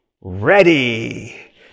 ready